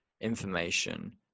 information